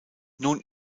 nun